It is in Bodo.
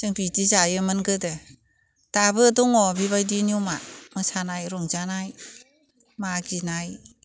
जों बिदि जायोमोन गोदो दाबो दङ बेबायदि नियमा मोसानाय रंजानाय मागिनाय